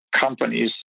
companies